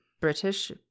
British